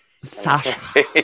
Sasha